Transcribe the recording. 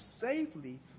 safely